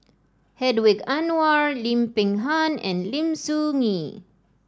Hedwig Anuar Lim Peng Han and Lim Soo Ngee